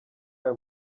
ayo